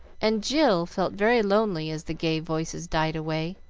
and jill felt very lonely as the gay voices died away.